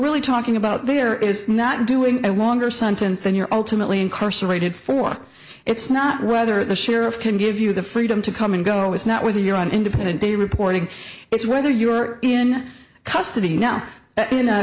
really talking about there is not doing a longer sentence than your ultimate lea incarcerated for it's not whether the sheriff can give you the freedom to come and go it's not whether you're on independent day reporting it's whether you're in custody